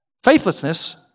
Faithlessness